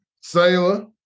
Sailor